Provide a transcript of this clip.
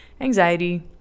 anxiety